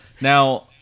Now